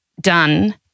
done